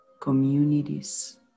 communities